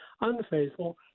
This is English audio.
unfaithful